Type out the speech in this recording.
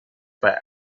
bei